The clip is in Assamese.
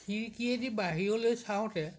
খিৰিকীয়েদি বাহিৰলৈ চাওঁতে